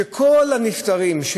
שכל הנפטרים,